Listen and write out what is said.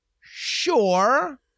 Sure